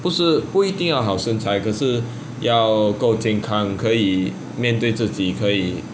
不是不一定要好身材可是要够健康可以面对自己可以:bu shi bu yi ding yao hao shenan cai ke shi yao gou jian kang ke yi mian dui zi ji ke yi